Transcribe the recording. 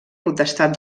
potestat